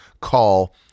call